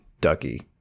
Ducky